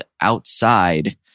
outside